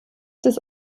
des